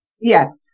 Yes